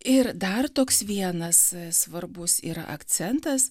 ir dar toks vienas svarbus yra akcentas